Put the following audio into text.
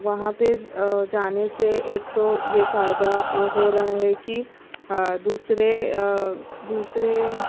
وہاں پہ جانے سے ایک تو یہ فائدہ ہو رہا ہے کہ دوسرے دوسرے